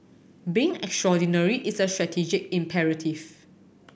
being extraordinary is a strategic imperative